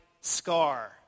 Scar